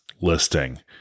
listing